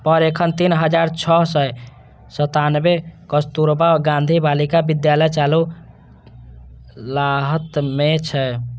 पर एखन तीन हजार छह सय सत्तानबे कस्तुरबा गांधी बालिका विद्यालय चालू हालत मे छै